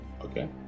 Okay